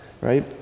right